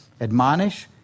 Admonish